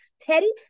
Teddy